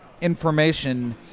information